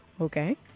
Okay